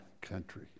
country